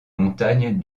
montagnes